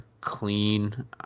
clean